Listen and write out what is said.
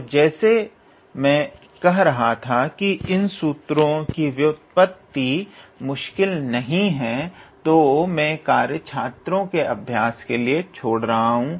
और जैसा मैं कह रहा था कि इन सूत्रों की व्युत्पत्ति मुश्किल नहीं है तो मैं कार्य छात्रों के अभ्यास के लिए छोड़ रहा हूं